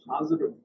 Positive